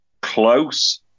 Close